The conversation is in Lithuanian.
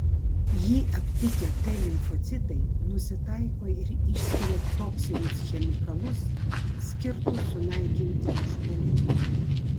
jį aptikę t limfocitai nusitaiko ir išskiria toksinius chemikalus skirtus sunaikinti užpuolikui